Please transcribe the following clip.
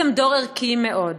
אתם דור ערכי מאוד,